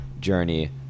journey